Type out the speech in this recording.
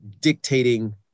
dictating